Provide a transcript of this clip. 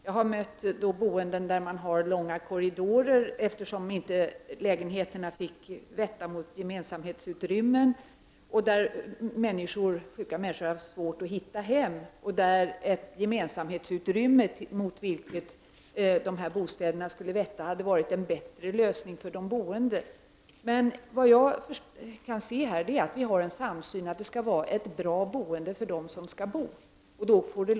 Jag har sett gruppbostäder där det är långa korridorer, eftersom lägenheterna inte fick vetta mot gemensamhetsutrymmen. Människor har där haft svårt att hitta hem till sin bostad. Ett gemensamhetsutrymme mot vilket dessa bostäder hade vettat hade varit en bättre lösning för de boende. Men såvitt jag förstår har vi en samsyn när det gäller att det skall vara fråga om ett bra boende för dem som skall bo i dessa bostäder.